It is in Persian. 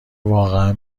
واقعا